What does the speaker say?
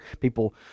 People